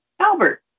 Albert